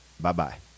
Bye-bye